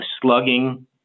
slugging